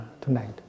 tonight